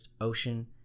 Ocean